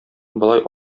болай